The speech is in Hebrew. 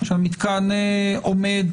שהמתקן עומד